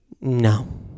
No